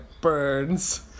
burns